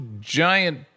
giant